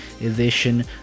edition